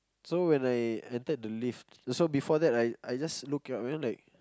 so when I intended to leave so before that I I just look up I mean like